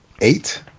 eight